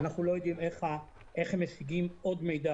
אנחנו לא יודעים איך הם משיגים עוד מידע